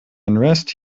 unrest